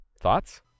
thoughts